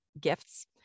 gifts